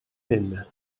même